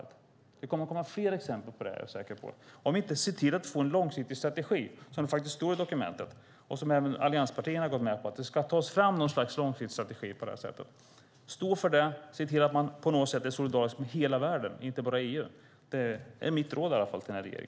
Jag är säker på att det kommer fler exempel på detta om vi inte ser till att få en långsiktig strategi, som det faktiskt står i dokumentet. Även allianspartierna har gått med på att det ska tas fram något slags långtidsstrategi på detta sätt. Stå för det, och se till att man på något sätt är solidarisk med hela världen, inte bara med EU! Det är mitt råd till denna regering.